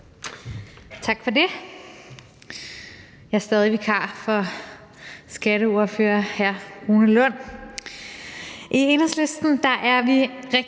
Tak for det. Jeg er stadig vikar for skatteordfører hr. Rune Lund.